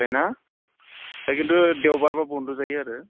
बेना दा खिन्थु देवबारबा बन्द' जायो आरो